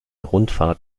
rundfahrt